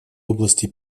области